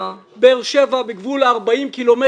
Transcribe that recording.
באר שבע בגבול ה-40 קילומטרים.